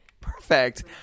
Perfect